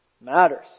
matters